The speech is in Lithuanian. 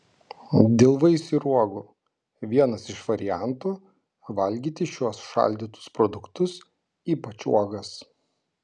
dėl vaisių ir uogų vienas iš variantų valgyti šiuos šaldytus produktus ypač uogas